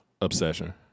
Obsession